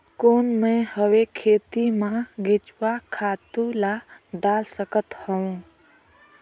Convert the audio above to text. कौन मैं हवे खेती मा केचुआ खातु ला डाल सकत हवो?